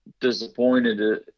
disappointed